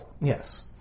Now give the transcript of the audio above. Yes